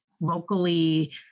locally